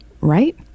Right